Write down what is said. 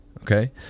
Okay